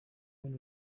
bundi